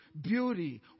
beauty